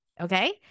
okay